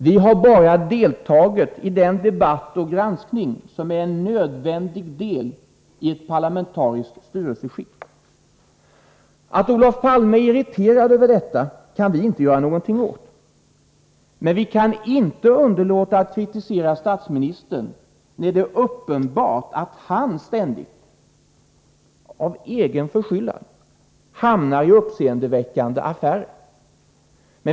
Vi har bara deltagit i den debatt och granskning som är en nödvändig del i ett parlamentariskt styrelseskick. Att Olof Palme är irriterad över detta kan vi inte göra någonting åt. Vi kan inte underlåta att kritisera statsministern när det är uppenbart att han ständigt av egen förskyllan hamnar i uppseendeväckande affärer.